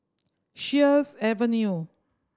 Sheares Avenue